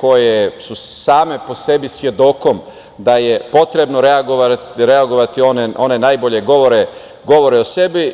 koje su same po sebi svedokom da je potrebno reagovati, one najbolje govore o sebi.